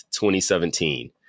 2017